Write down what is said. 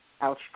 ouch